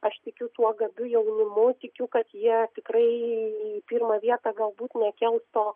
aš tikiu tuo gabiu jaunimu tikiu kad jie tikrai į pirmą vietą galbūt nekels to